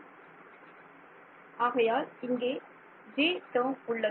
மாணவர் ஆகையால் இங்கே டேர்ம் உள்ளது